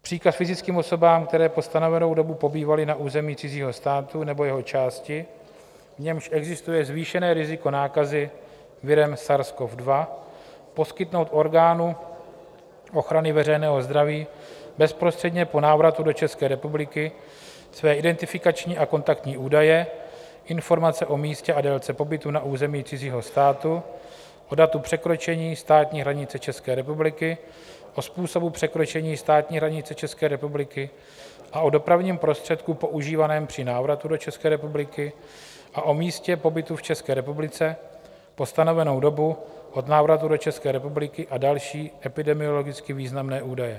Příkaz fyzickým osobám, které po stanovenou dobu pobývaly na území cizího státu nebo jeho části, v němž existuje zvýšené riziko nákazy virem SARSCoV2, poskytnout orgánu ochrany veřejného zdraví bezprostředně po návratu do České republiky své identifikační a kontaktní údaje, informace o místě a délce pobytu na území cizího státu, o datu překročení státní hranice České republiky, o způsobu překročení státní hranice České republiky a o dopravním prostředku používaném při návratu do České republiky a o místě pobytu v České republice po stanovenou dobu od návratu do České republiky a další epidemiologicky významné údaje.